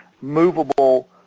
movable